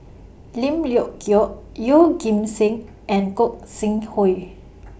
Lim Leong Geok Yeoh Ghim Seng and Gog Sing Hooi